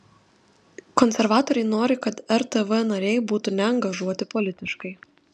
konservatoriai nori kad rtv nariai būtų neangažuoti politiškai